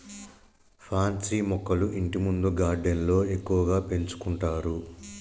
pansy మొక్కలు ఇంటిముందు గార్డెన్లో ఎక్కువగా పెంచుకుంటారు